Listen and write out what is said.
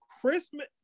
Christmas